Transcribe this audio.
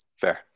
Fair